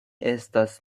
estas